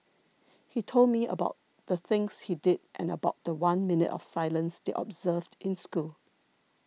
he told me about the things he did and about the one minute of silence they observed in school